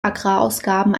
agrarausgaben